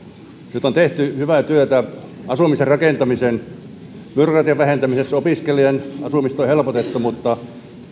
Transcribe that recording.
nyt on tehty hyvää työtä asumisen rakentamisen byrokratian vähentämisessä opiskelijoiden asumista on helpotettu mutta